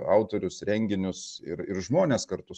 autorius renginius ir ir žmones kartu